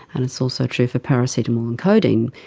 and it's also true for paracetamol and codeine.